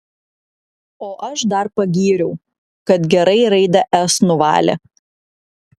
o aš dar pagyriau kad gerai raidę s nuvalė